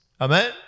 Amen